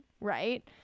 right